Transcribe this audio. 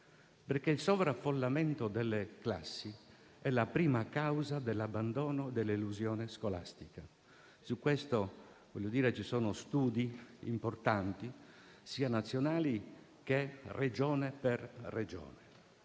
perché il sovraffollamento delle classi è la prima causa dell'abbandono e dell'elusione scolastica: su questo ci sono studi importanti, svolti sia a livello nazionale, sia Regione per Regione.